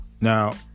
Now